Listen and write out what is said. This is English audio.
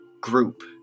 group